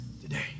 today